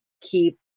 keep